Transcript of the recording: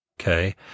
Okay